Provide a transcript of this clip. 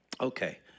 Okay